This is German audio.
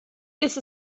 ist